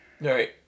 right